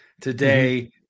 today